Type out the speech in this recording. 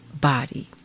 body